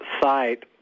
site